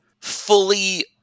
fully